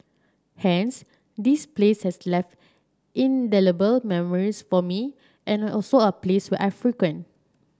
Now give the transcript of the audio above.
hence this place has left indelible memories for me and also a place where I frequent